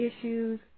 issues